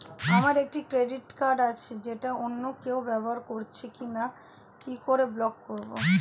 আমার একটি credit card আছে যেটা অন্য কেউ ব্যবহার করছে কি করে ব্লক করবো?